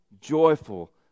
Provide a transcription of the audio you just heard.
Joyful